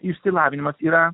išsilavinimas yra